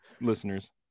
Listeners